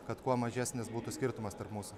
kad kuo mažesnis būtų skirtumas tarp mūsų